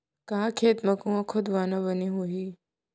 का खेत मा कुंआ खोदवाना बने होही?